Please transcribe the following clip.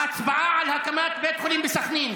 ההצבעה היא על הקמת בית חולים בסח'נין,